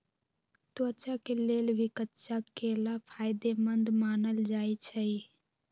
त्वचा के लेल भी कच्चा केला फायेदेमंद मानल जाई छई